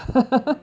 ya